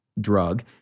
drug